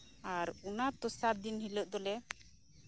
ᱟᱨ ᱚᱱᱟ ᱛᱮᱥᱟᱨ ᱫᱤᱱ ᱦᱤᱞᱳᱜ ᱫᱚᱞᱮ